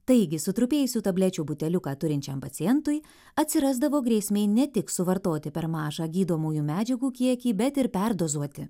taigi sutrupėjusių tablečių buteliuką turinčiam pacientui atsirasdavo grėsmė ne tik suvartoti per mažą gydomųjų medžiagų kiekį bet ir perdozuoti